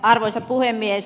arvoisa puhemies